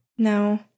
No